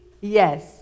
Yes